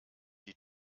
die